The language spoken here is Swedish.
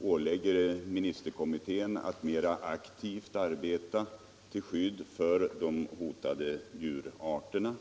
ålägger ministerkommittén att mera aktivt arbeta till skydd för de hotade djurarterna.